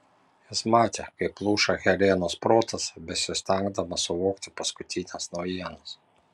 jis matė kaip pluša helenos protas besistengdamas suvokti paskutines naujienas